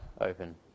open